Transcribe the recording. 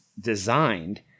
designed